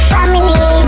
Family